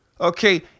Okay